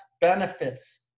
benefits